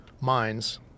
mines